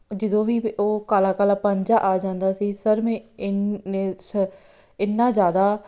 ਜਦੋਂ ਵੀ ਉਹ ਕਾਲਾ ਕਾਲਾ ਪਨ ਜਿਹਾ ਆ ਜਾਂਦਾ ਸੀ ਸਰ ਮੈਂ ਇੰਨਾ ਜ਼ਿਆਦਾ